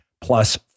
plus